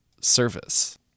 service